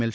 L